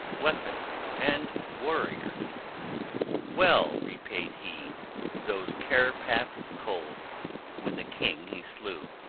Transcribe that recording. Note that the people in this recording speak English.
weapons and warriors well repaid he those care-paths cold when the king he slew.